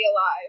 alive